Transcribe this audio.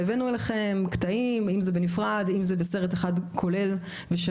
והבאנו לכם קטעים בין אם זה בנפרד ובין אם זה בסרט אחד כולל ושלם.